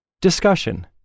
Discussion